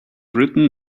written